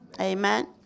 Amen